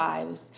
Lives